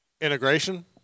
Integration